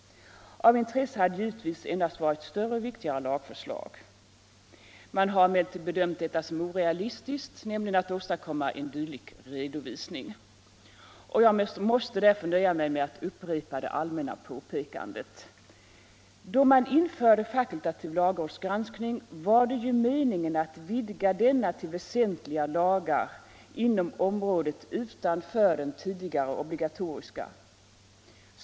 Av intresse hade givetvis endast varit större och viktigare lagförslag. Man har emellertid bedömt det som orealistiskt att åstadkomma en dylik redovisning. Och jag måste därför nöja mig med att upprepa det allmänna påpekandet. Då man införde fakultativ lagrådsgranskning var det meningen att vidga denna till väsentliga lagar inom området utanför det tidigare obligatoriska.